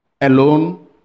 Alone